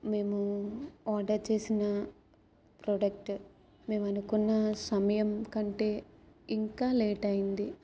మేము ఆర్డర్ చేసిన ప్రోడక్ట్ మేము అనుకున్న సమయం కంటే ఇంకా లేట్ అయింది